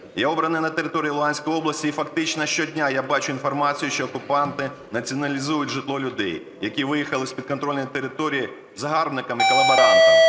Я обраний на території Луганської області і фактично щодня я бачу інформацію, що окупанти націоналізують житло людей, які виїхали з підконтрольної території, загарбниками і колаборантами.